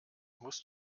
musst